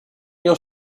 your